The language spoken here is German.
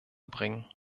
bringen